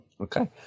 Okay